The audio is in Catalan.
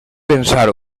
pensar